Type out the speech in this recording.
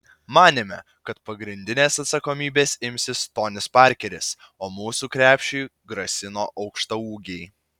manėme kad pagrindinės atsakomybės imsis tonis parkeris o mūsų krepšiui grasino aukštaūgiai